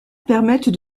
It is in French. permettent